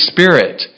Spirit